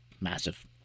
massive